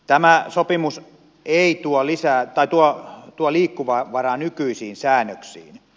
tämä sopimus tuo liikkumavaraa nykyisiin säännöksiin